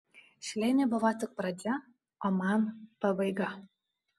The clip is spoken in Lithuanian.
šleiniui buvo tik pradžia o man pabaiga